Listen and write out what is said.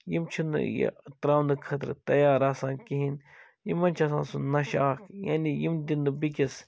یِم چھِ نہٕ یہِ ترٛاونہٕ خٲطرٕ تیار آسان کِہیٖنٛۍ یمن چھُ آسان سُہ نَشہِ اَکھ یعنی یِم دِن نہٕ بیٚیِس